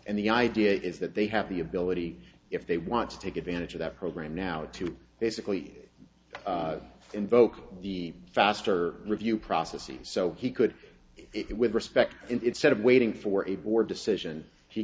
and the idea is that they have the ability if they want to take advantage of that program now to basically invoke the faster review process and so he could it with respect instead of waiting for a board decision he